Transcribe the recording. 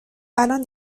الان